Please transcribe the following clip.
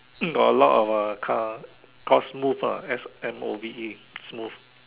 got a lot of uh cars called smove ah S_M_O_V_E smove